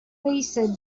lisa